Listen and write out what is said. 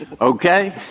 Okay